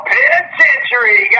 Penitentiary